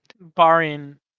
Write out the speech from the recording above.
Barring